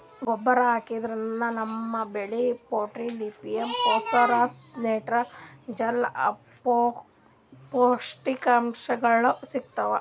ಗೊಬ್ಬರ್ ಹಾಕಿದ್ರಿನ್ದ ನಮ್ ಬೆಳಿಗ್ ಪೊಟ್ಟ್ಯಾಷಿಯಂ ಫಾಸ್ಫರಸ್ ನೈಟ್ರೋಜನ್ ಪೋಷಕಾಂಶಗಳ್ ಸಿಗ್ತಾವ್